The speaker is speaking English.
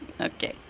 okay